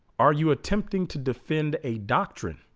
are you attempting to defend a doctrine